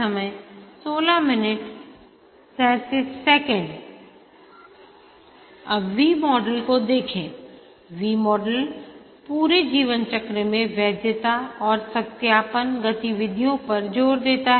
अब V model को देखें V मॉडल पूरे जीवन चक्र में वैद्यता और सत्यापन गतिविधियों पर जोर देता है